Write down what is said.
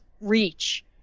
reach